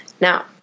now